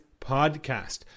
podcast